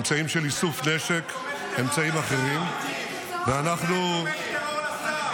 אמצעים של איסוף נשק ואמצעים אחרים -- מינית עבריין ותומך טרור לשר.